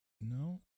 No